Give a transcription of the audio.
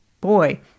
boy